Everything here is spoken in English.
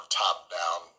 top-down